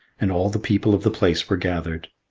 and all the people of the place were gathered.